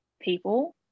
people